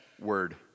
word